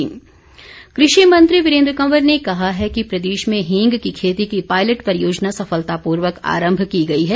वीरेन्द्र कंवर कृषि मंत्री वीरेन्द्र कंवर ने कहा है कि प्रदेश में हींग की खेती की पायलट परियोजना सफलतापूर्वक आरम्भ की गई है